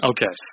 Okay